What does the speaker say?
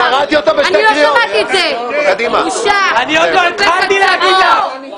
בושה וחרפה.